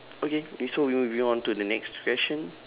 okay okay so we moving on to the next question